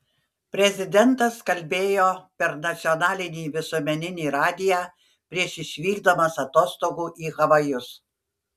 prezidentas kalbėjo per nacionalinį visuomeninį radiją prieš išvykdamas atostogų į havajus